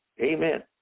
Amen